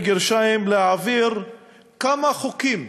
להעביר כמה חוקים